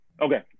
Okay